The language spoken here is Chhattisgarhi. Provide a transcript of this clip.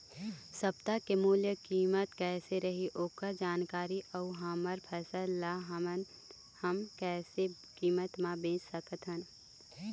सप्ता के मूल्य कीमत कैसे रही ओकर जानकारी अऊ हमर फसल ला हम कैसे कीमत मा बेच सकत हन?